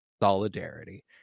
Solidarity